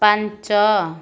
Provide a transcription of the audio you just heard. ପାଞ୍ଚ